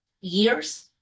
Years